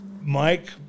Mike